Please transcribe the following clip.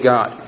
God